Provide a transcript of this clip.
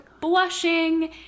blushing